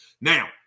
Now